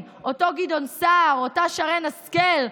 לא מתביישים בזה.